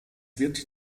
wird